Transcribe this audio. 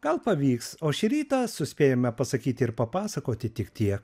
gal pavyks o šį rytą suspėjome pasakyti ir papasakoti tik tie